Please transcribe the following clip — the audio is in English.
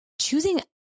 Choosing